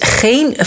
geen